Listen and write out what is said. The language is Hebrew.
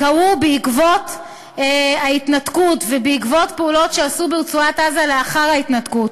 קרו בעקבות ההתנתקות ובעקבות פעולות שעשו ברצועת-עזה לאחר ההתנתקות,